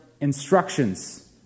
instructions